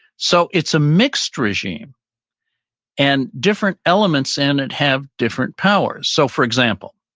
so it's a mixed regime and different elements in it have different powers. so for example,